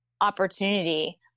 opportunity